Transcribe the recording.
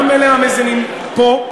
גם אלה המאזינים פה,